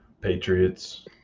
Patriots